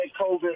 COVID